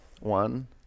One